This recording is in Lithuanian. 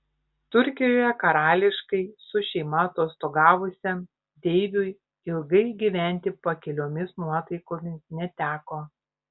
turkijoje karališkai su šeima atostogavusiam deiviui ilgai gyventi pakiliomis nuotaikomis neteko